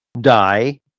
die